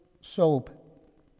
soap